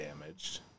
damaged